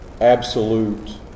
absolute